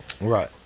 Right